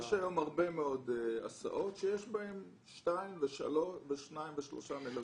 יש היום הרבה מאוד הסעות שיש בהן שניים ושלושה מלווים.